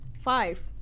Five